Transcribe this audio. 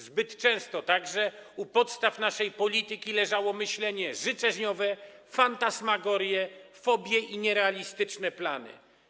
Zbyt często także u podstaw naszej polityki leżały: myślenie życzeniowe, fantasmagorie, fobie i nierealistyczne plany.